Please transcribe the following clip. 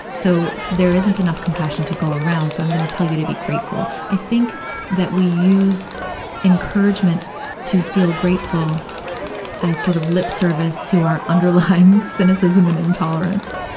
so, there isn't enough compassion to go around, so i'm gonna tell you to be grateful. i think that we use encouragement to feel grateful as sort of lip service to our underlying cynicism and and intolerance.